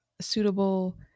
suitable